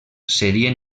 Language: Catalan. serien